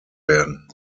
werden